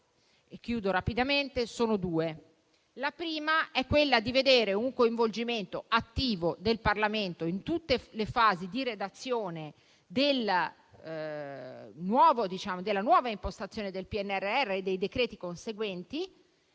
che facciamo sono due. La prima è quella di vedere un coinvolgimento attivo del Parlamento in tutte le fasi di redazione della nuova impostazione del PNRR e dei decreti conseguenti,